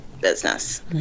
Business